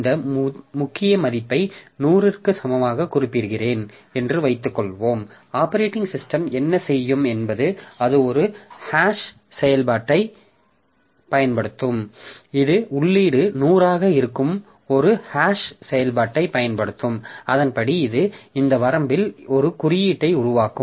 இந்த முக்கிய மதிப்பை 100 க்கு சமமாக குறிப்பிடுகிறேன் என்று வைத்துக்கொள்வோம் ஆப்பரேட்டிங் சிஸ்டம் என்ன செய்யும் என்பது அது ஒரு ஹாஷ் செயல்பாட்டைப் பயன்படுத்தும் இது உள்ளீடு 100 ஆக இருக்கும் ஒரு ஹாஷ் செயல்பாட்டைப் பயன்படுத்தும் அதன்படி இது இந்த வரம்பில் ஒரு குறியீட்டை உருவாக்கும்